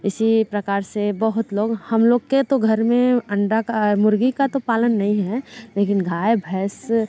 इसी प्रकार से बहुत लोग हम लोग के तो घर में अंडा का मुर्गी का तो पालन नहीं है लेकिन गाय भैंस